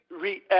react